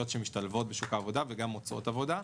שמשתלבות בשוק העבודה וגם מוצאות עבודה.